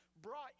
brought